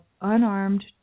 unarmed